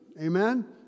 Amen